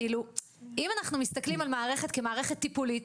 כאילו אם אנחנו מסתכלים על מערכת כמערכת טיפולית,